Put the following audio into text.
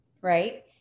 Right